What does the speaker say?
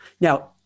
Now